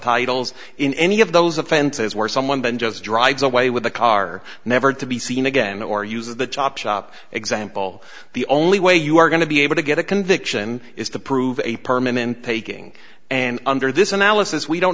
titles in any of those offenses where someone then just drives away with the car never to be seen again or uses the chop shop example the only way you are going to be able to get a conviction is to prove a permanent taking and under this analysis we don't